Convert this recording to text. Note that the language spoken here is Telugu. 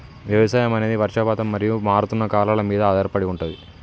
వ్యవసాయం అనేది వర్షపాతం మరియు మారుతున్న కాలాల మీద ఆధారపడి ఉంటది